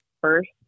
first